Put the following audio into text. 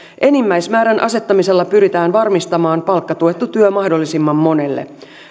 enimmäismäärän asettamisella pyritään varmistamaan palkkatuettu työ mahdollisimman monelle